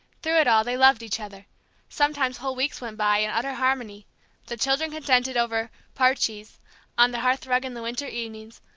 through it all they loved each other sometimes whole weeks went by in utter harmony the children contented over parches on the hearthrug in the winter evenings,